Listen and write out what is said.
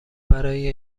برای